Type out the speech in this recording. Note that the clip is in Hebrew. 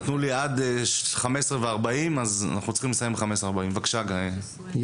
אנחנו צריכים לסיים עד 15:40. בבקשה, ירון.